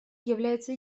является